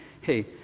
Hey